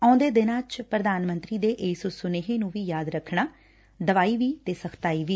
ਆਉਂਦੇ ਦਿਨਾਂ 'ਚ ਪ੍ਰਧਾਨ ਮੰਤਰੀ ਦੇ ਇਸ ਸਨੇਹੇ ਨੰ ਵੀ ਯਾਦ ਰੱਖਣਾ ਦਵਾਈ ਵੀ ਤੇ ਸਖਤਾਈ ਵੀ